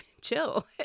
chill